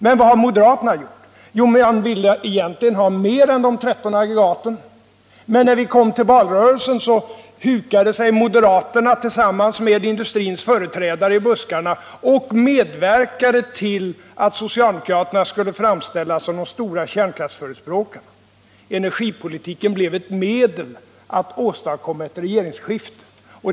Men vad har moderaterna gjort? Ni ville egentligen ha mer än 13 aggregat, men när vi kom till valrörelsen hukade sig moderaterna tillsammans med industrins företrädare i buskarna och medverkade till att socialdemokraterna skulle framställas som de stora kärnkraftsförespråkarna. Energipolitiken blev ett medel att åstadkomma ett regeringsskifte.